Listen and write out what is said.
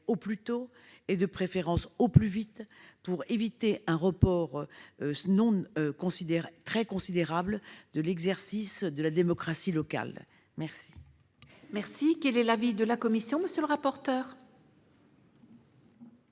plus tôt- de préférence, au plus vite -, pour éviter un retard considérable de l'exercice de la démocratie locale. Quel